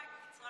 במצרים, במצרים.